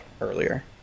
earlier